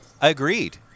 agreed